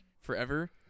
forever